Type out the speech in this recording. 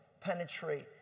penetrate